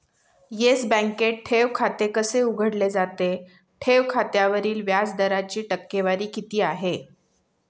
Yes बँकेत ठेव खाते कसे उघडले जाते? ठेव खात्यावरील व्याज दराची टक्केवारी किती आहे?